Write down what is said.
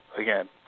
again